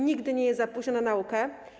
Nigdy nie jest za późno na naukę.